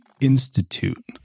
institute